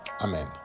Amen